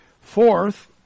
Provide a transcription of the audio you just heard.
Fourth